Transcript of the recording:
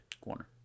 Corner